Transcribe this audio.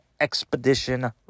expedition